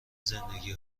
زندگی